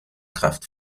kraft